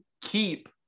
keep